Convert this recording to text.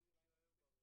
ועוד